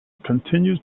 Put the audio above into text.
continues